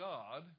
God